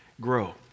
grow